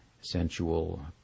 sensual